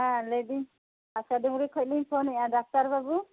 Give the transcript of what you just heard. ᱦᱮᱸ ᱞᱟᱹᱭᱮᱫᱟᱹᱧ ᱦᱟᱥᱟᱰᱩᱝᱨᱤ ᱠᱷᱚᱱ ᱞᱤᱧ ᱯᱷᱳᱱ ᱮᱫᱟ ᱰᱟᱠᱛᱟᱨ ᱵᱟᱵᱩ